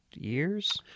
years